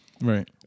Right